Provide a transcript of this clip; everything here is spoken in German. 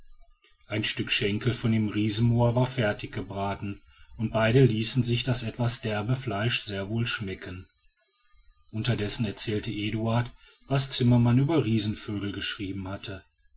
ein stück schenkel von dem riesen moa war fertig gebraten und beide ließen sich das etwas derbe fleisch sehr wohl schmecken unterdessen erzählte eduard was zimmermann über die riesenvögel geschrieben hatte